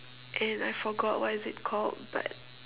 and I forgot what is it called but